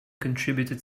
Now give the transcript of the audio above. contributed